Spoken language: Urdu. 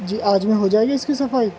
جی آج میں ہو جائے گی اس کی صفائی